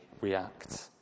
react